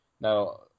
Now